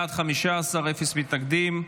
בעד, 15, אין מתנגדים.